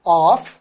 off